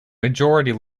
majority